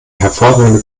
hervorragende